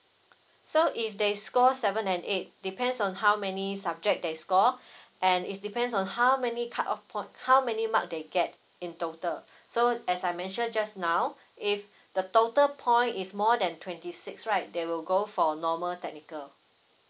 so if they score seven and eight depends on how many subject they score and is depends on how many cut off point how many mark they get in total so as I mentioned just now if the total point is more than twenty six right they will go for a normal technical